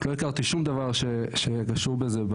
לא הכרתי שום דבר שקשור בזה.